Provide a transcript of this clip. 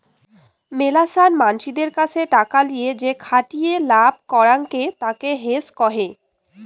মেলাছান মানসিদের কাসে টাকা লিয়ে যেখাটিয়ে লাভ করাঙকে তাকে হেজ কহে